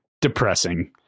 depressing